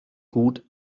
gut